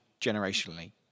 generationally